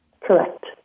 correct